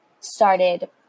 started